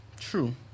True